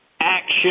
action